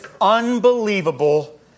unbelievable